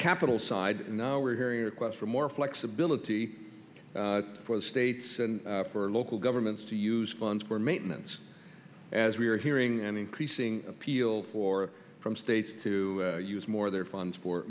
capital side and now we're hearing requests for more flexibility for states and for local governments to use funds for maintenance as we're hearing an increasing appeal for from states to use more of their funds for